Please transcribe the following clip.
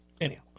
anyhow